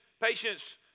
Patience